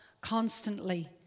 constantly